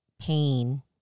pain